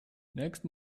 next